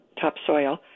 topsoil